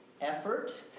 effort